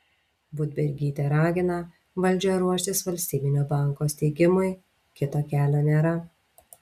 budbergytė ragina valdžią ruoštis valstybinio banko steigimui kito kelio nėra